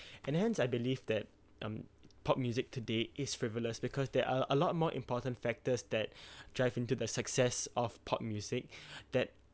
and hence I believe that um pop music today is frivolous because there are a lot more important factors that drive into the success of pop music that